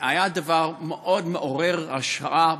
זה היה דבר מאוד מעורר השראה,